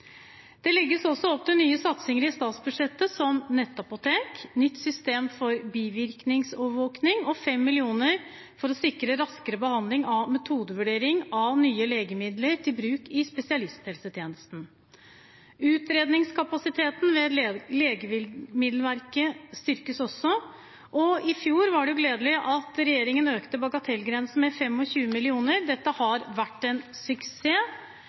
Det legges også opp til nye satsinger i statsbudsjettet, som nettapotek, nytt system for bivirkningsovervåking og 5 mill. kr til å sikre raskere behandling av metodevurdering av nye legemidler til bruk i spesialisthelsetjenesten. Utredningskapasiteten ved Legemiddelverket styrkes også, og i fjor var det gledelig at regjeringen økte bagatellgrensen med 25 mill. kr. Dette har vært en suksess.